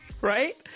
Right